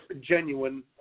genuine